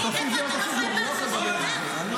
זאת הזיה ------ נפל כטב"מ בבסיס.